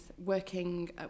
working